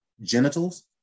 genitals